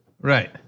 Right